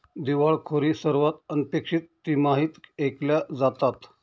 दिवाळखोरी सर्वात अनपेक्षित तिमाहीत ऐकल्या जातात